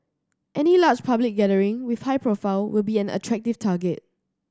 any large public gathering with high profile will be an attractive target